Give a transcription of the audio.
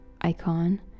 icon